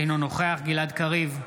אינו נוכח גלעד קריב,